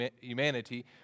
humanity